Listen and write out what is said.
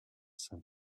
saint